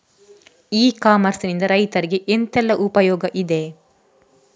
E commerce ನಿಂದ ರೈತರಿಗೆ ಎಂತೆಲ್ಲ ಉಪಯೋಗ ಇದೆ?